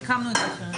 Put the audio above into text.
מיקמנו את זה אחרת.